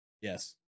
yes